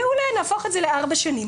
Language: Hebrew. מעולה, נהפוך את זה לארבע שנים".